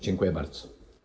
Dziękuję bardzo.